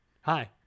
Hi